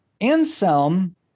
Anselm